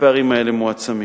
הפערים האלה מועצמים.